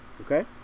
okay